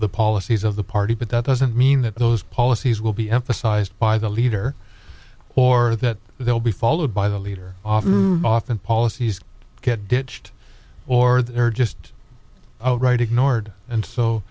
the policies of the party but that doesn't mean that those policies will be emphasized by the leader or that they'll be followed by the leader often policies get ditched or that are just outright ignored and so